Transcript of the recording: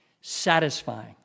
Satisfying